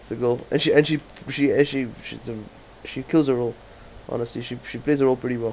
it's a girl and she and she she and she she's a she kills her role honestly she she plays her role pretty well